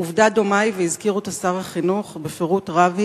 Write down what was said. עובדה דומה היא, והזכיר אותה שר החינוך בפירוט רב,